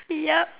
yup